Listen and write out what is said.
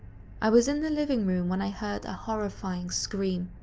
i was in the living room when i heard a horrifying scream.